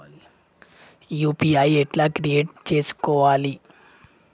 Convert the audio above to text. UPI ఎట్లా create చేసుకోవాలి?